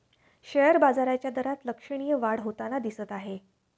share बाजाराच्या दरात लक्षणीय वाढ होताना दिसत आहे